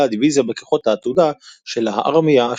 הדיוויזיה בכוחות העתודה של הארמייה ה-12.